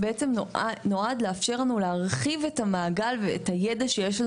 נועד בעצם על מנת לאפשר לנו להרחיב את מעגל הידע שיש לנו